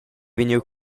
vegniu